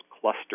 cluster